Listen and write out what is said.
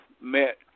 met